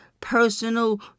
personal